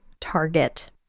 target